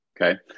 okay